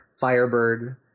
Firebird